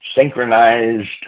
synchronized